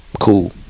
Cool